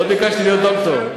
לא ביקשתי להיות דוקטור.